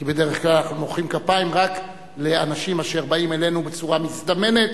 כי בדרך כלל אנחנו מוחאים כפיים רק לאנשים אשר באים אלינו בצורה מזדמנת,